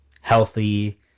healthy